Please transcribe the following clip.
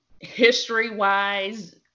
history-wise